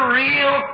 real